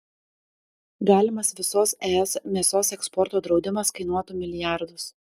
galimas visos es mėsos eksporto draudimas kainuotų milijardus